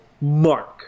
mark